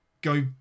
go